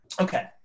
Okay